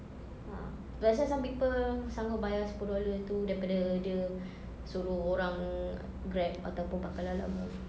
ah that's why some people sanggup bayar sepuluh dollar itu daripada dia suruh orang grab ataupun pakai lalamove